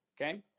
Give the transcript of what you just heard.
Okay